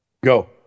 go